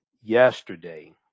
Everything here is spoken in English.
yesterday